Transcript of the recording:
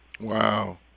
Wow